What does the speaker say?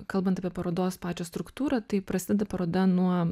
kalbant apie parodos pačią struktūrą tai prasideda paroda nuo